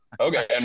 okay